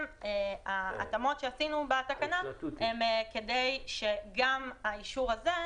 ההתאמות שעשינו בתקנה הן כדי שגם האישור הזה,